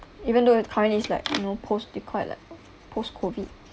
even though it's currently it's like you know post the quite like post-COVID